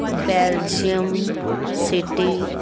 Belgium city